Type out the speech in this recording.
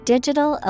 Digital